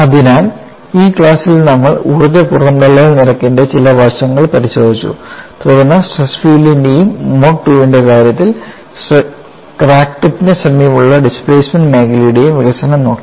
അതിനാൽ ഈ ക്ലാസ്സിൽ നമ്മൾ ഊർജ്ജ പുറന്തള്ളൽ നിരക്കിന്റെ ചില വശങ്ങൾ പരിശോധിച്ചു തുടർന്ന് സ്ട്രെസ് ഫീൽഡിന്റെയും മോഡ് II ന്റെ കാര്യത്തിൽ ക്രാക്ക് ടിപ്പിന് സമീപമുള്ള ഡിസ്പ്ലേസ്മെൻറ് മേഖലയുടെയും വികസനം നോക്കി